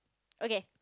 okay